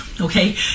Okay